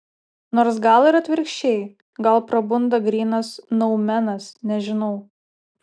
nors gal ir atvirkščiai gal prabunda grynas noumenas nežinau